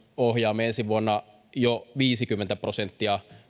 ohjaamme ensi vuonna jo viisikymmentä prosenttia